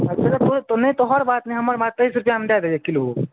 नहि तोहर बात नहि हमर बात तेइस रुपैआमे दऽ दहक एक किलो